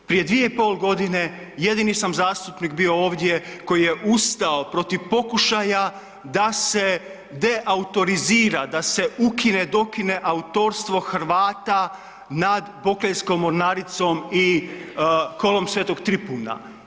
Prije 2,5.g. jedini sam zastupnik bio ovdje koji je ustao protiv pokušaja da se deautorizira, da se ukine, dokine autorstvo Hrvata nad Bokeljskom mornaricom i Kolom Svetog Tripuna.